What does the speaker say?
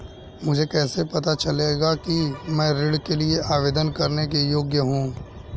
मुझे कैसे पता चलेगा कि मैं ऋण के लिए आवेदन करने के योग्य हूँ?